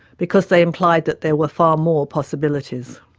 because they implied that there were far more possibilities.